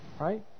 Right